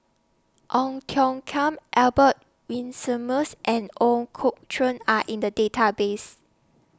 Ong Tiong Khiam Albert Winsemius and Ooi Kok Chuen Are in The Database